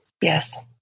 Yes